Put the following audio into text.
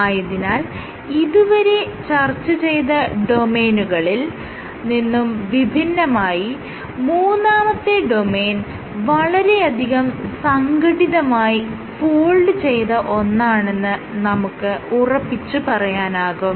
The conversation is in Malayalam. ആയതിനാൽ ഇതുവരെ ചർച്ച ചെയ്ത ഡൊമെയ്നുകളിൽ നിന്നും വിഭിന്നമായി മൂന്നാമത്തെ ഡൊമെയ്ൻ വളരെയധികം സംഘടിതമായി ഫോൾഡ് ചെയ്ത ഒന്നാണെന്ന് നമുക്ക് ഉറപ്പിച്ച് പറയാനാകും